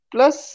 Plus